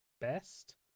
Best